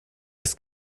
ist